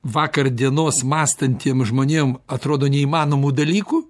vakar dienos mąstantiem žmonėm atrodo neįmanomų dalykų